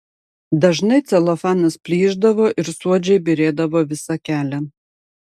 dažnai celofanas plyšdavo ir suodžiai byrėdavo visą kelią